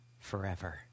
forever